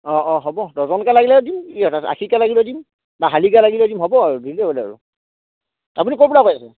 অঁ অঁ হ'ব ডজনকে লাগিলেও দিম কি কথা আষিকে লাগিলেও দিম বা ষাঠিকে লাগিলেও দিম হ'ব আৰু দিলেই হ'ল আৰু আপুনি ক'ৰপৰা কৈ আছে